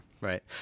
Right